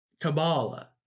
Kabbalah